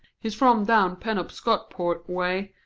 he's from down penobscotport way,